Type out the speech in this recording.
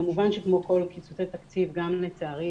כמובן שכמו בכל קיצוצי התקציב, לצערי